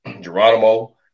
Geronimo